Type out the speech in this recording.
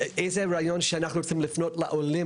איזה רעיון שאנחנו יכולים לפנות לעולים,